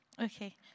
Okay